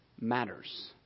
matters